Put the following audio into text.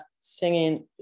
singing